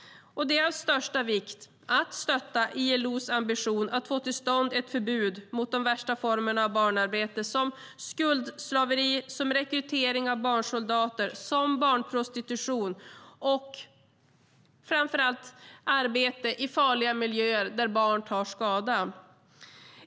Det är av största vikt att stötta ILO:s ambition att få till stånd ett förbud mot de värsta formerna av barnarbete, till exempel skuldslaveri, rekrytering av barnsoldater, barnprostitution och framför allt arbete i farliga miljöer där barn tar skada.